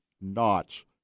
notch